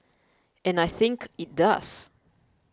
and I think it does